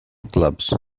clubs